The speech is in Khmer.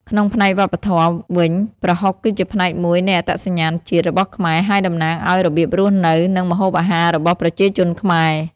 ក្នុងផ្នែកវប្បធម៌វិញ ប្រហុកគឺជាផ្នែកមួយនៃ អត្តសញ្ញាណជាតិ របស់ខ្មែរ ហើយតំណាងឱ្យរបៀបរស់នៅ និងម្ហូបអាហាររបស់ប្រជាជនខ្មែរ។